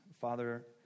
father